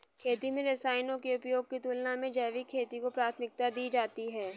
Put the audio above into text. खेती में रसायनों के उपयोग की तुलना में जैविक खेती को प्राथमिकता दी जाती है